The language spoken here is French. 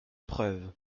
preuves